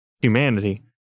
humanity